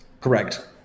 Correct